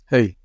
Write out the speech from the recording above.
Hey